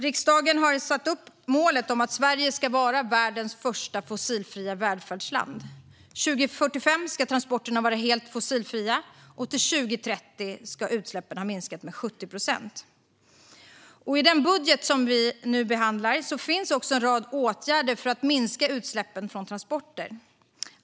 Riksdagen har satt upp målet att Sverige ska vara världens första fossilfria välfärdsland. År 2045 ska transporterna vara helt fossilfria, och till 2030 ska utsläppen ha minskat med 70 procent. I den budget som vi nu behandlar finns en rad åtgärder för att minska utsläppen från transporter.